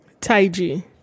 Taiji